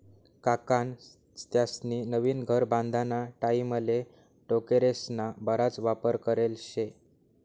काकान त्यास्नी नवीन घर बांधाना टाईमले टोकरेस्ना बराच वापर करेल शे